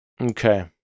Okay